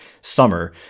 summer